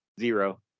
zero